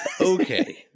Okay